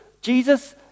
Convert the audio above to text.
Jesus